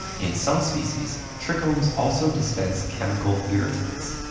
in some species, trichomes also dispense chemical irritants.